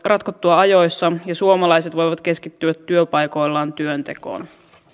ratkottua ajoissa ja suomalaiset voivat keskittyä työpaikoillaan työntekoon